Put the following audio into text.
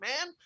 man